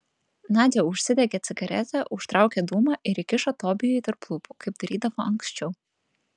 nadia užsidegė cigaretę užtraukė dūmą ir įkišo tobijui tarp lūpų kaip darydavo anksčiau